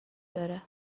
داره